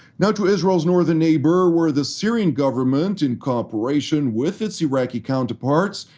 now to israel's northern neighbor, where the syrian government, in cooperation with its iraqi counterparts,